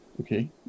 Okay